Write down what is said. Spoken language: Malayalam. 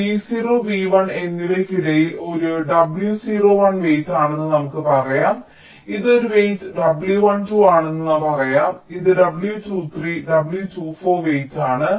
V0 v1 എന്നിവയ്ക്കിടയിൽ ഇത് ഒരു W01 വെയിറ്റ് ആണെന്ന് നമുക്ക് പറയാം ഇത് ഒരു വെയിറ്റ് W12 ആണെന്ന് പറയാം ഇത് W23 W24 വെയിറ്റ് ആണ്